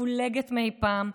מפולגת מאי פעם,